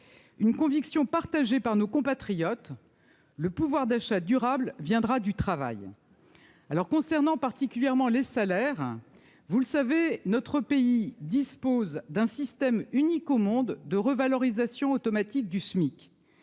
une conviction partagée par nos compatriotes, le pouvoir d'achat durable viendra du travail alors concernant particulièrement les salaires, hein, vous le savez, notre pays dispose d'un système unique au monde de revalorisation automatique du SMIC,